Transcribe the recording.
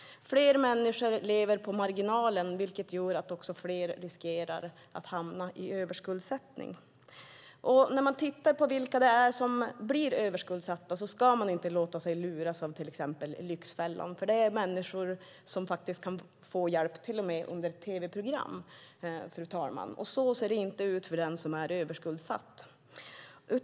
Fler människor lever på marginalen, vilket gör att också fler riskerar att hamna i överskuldsättning. De överskuldsatta är inte de vi ser i Lyxfällan , för de får ju hjälp under ett tv-program. Så ser det inte ut för den som är verkligt överskuldsatt.